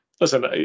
Listen